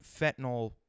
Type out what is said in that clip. fentanyl